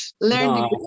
Learn